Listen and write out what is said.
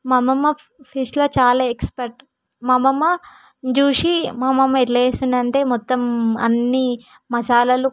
మా అమ్మమ్మ ఫిష్లో చాలా ఎక్స్పర్ట్ మా అమ్మమ్మ చూసి మా అమ్మమ్మ ఎట్లా చేస్తుండేది అంటే మొత్తం అన్ని మసాలాలు